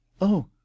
Oh